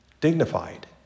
Dignified